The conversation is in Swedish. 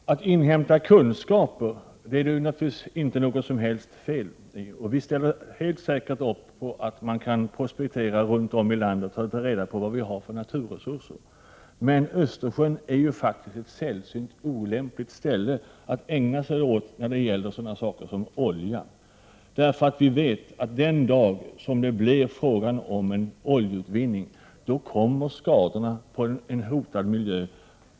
Fru talman! Att inhämta kunskaper är naturligtvis inte något som helst fel. Vi ställer helt säkert upp på att man kan prospektera runt om i landet för att ta reda på vad vi har för naturresurser. Men Östersjön är faktiskt ett sällsynt olämpligt val av plats när det gäller sådana saker som olja. Vi vet nämligen att den dag som det blir fråga om en oljeutvinning, då kommer skadorna till en hotad miljö.